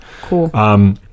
Cool